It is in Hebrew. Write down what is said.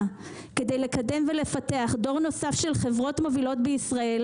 כדי לקדם ולפתח דור נוסף של חברות מובילות בישראל,